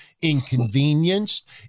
inconvenienced